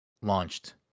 Launched